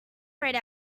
grayed